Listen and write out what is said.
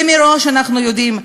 ומראש אנחנו יודעים,